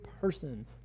person